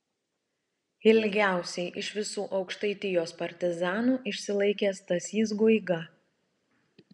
ilgiausiai iš visų aukštaitijos partizanų išsilaikė stasys guiga